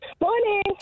Morning